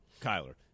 Kyler